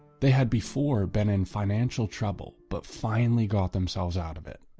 they had before been in financial trouble but finally got themselves out of it.